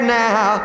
now